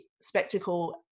spectacle